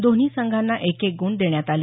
दोन्ही संघांना एक एक गुण देण्यात आला